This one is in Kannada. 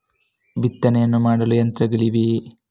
ಬಿತ್ತನೆಯನ್ನು ಮಾಡಲು ಯಂತ್ರಗಳಿವೆಯೇ?